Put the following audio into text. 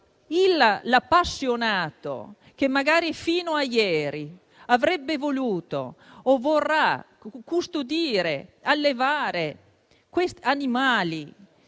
l'appassionato che magari fino a ieri avrebbe voluto custodire o allevare animali